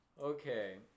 Okay